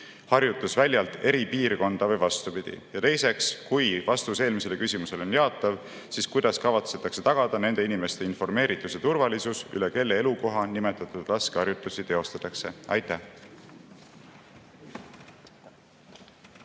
harjutusväljalt eripiirkonda või vastupidi. Ja teiseks, kui vastus eelmisele küsimusele on jaatav, siis kuidas kavatsetakse tagada nende inimeste informeeritus ja turvalisus, kelle elukoha kohal nimetatud laskeharjutusi [tehakse]? Aitäh!